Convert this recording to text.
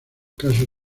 casos